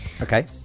Okay